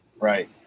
Right